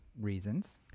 reasons